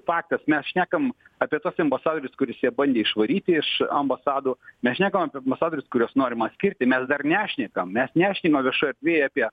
faktas mes šnekam apie tuos ambasadorius kuris ją bandė išvaryti iš ambasadų mes šnekam apie ambasadorius kuriuos norima atskirti mes dar nešnekam mes nešnekam viešoj erdvėj apie